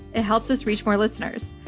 it helps us reach more listeners.